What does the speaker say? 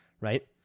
Right